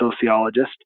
sociologist